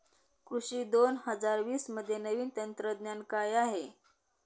कृषी दोन हजार वीसमध्ये नवीन तंत्रज्ञान काय आहे?